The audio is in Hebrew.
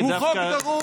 הוא חוק דרוש,